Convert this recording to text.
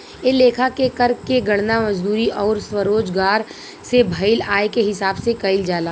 ए लेखा के कर के गणना मजदूरी अउर स्वरोजगार से भईल आय के हिसाब से कईल जाला